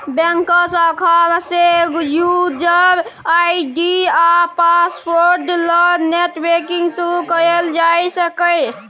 बैंकक शाखा सँ युजर आइ.डी आ पासवर्ड ल नेट बैंकिंग शुरु कयल जा सकैए